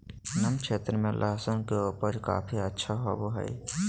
नम क्षेत्र में लहसुन के उपज काफी अच्छा होबो हइ